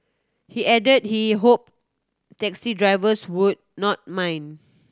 he added he hoped taxi drivers would not mind